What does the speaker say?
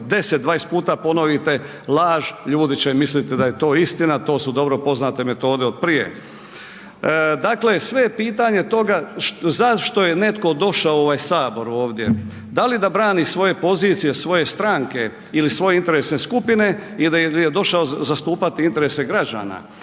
10-20 puta ponovite laž, ljudi će misliti da je to istina, to su dobro poznate metode od prije. Dakle, sve je pitanje toga zašto je netko došao u ovaj sabor ovdje, da li da brani svoje pozicije, svoje stranke ili svoje interesne skupine ili je došao zastupati interese građana.